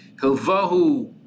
hilvahu